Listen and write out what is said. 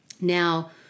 Now